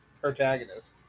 protagonist